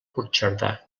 puigcerdà